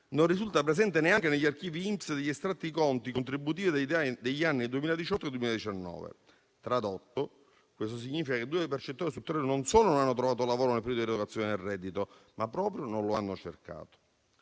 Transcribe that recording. non risulta presente neanche negli archivi INPS degli estratti conto contributivi degli anni 2018 e 2019. Tradotto, questo significa che due percettori su tre non solo non hanno trovato lavoro nel periodo di erogazione del reddito, ma proprio non lo hanno cercato.